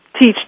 teach